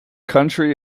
county